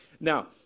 Now